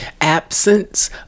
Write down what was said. Absence